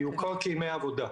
שיוכר כימי עבודה.